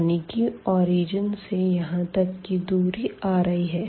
यानी की ओरिजिन से यहाँ तक की दूरी ri है